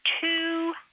two